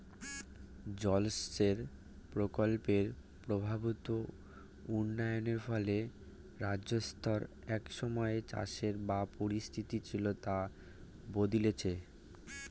জলসেচ প্রকল্পের প্রভূত উন্নয়নের ফলে রাজস্থানত এক সময়ে চাষের যা পরিস্থিতি ছিল তা বদলিচে